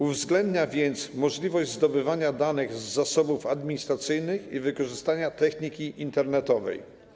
Uwzględnia więc możliwość zdobywania danych z zasobów administracyjnych i wykorzystania techniki internetowej.